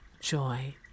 joy